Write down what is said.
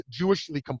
Jewishly